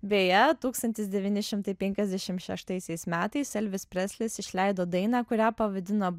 beje tūkstantis devyni šimtai penkiasdešimt šeštaisiais metais elvis preslis išleido dainą kurią pavadino